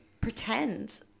pretend